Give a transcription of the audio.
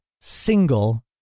single